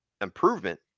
improvement